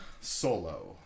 Solo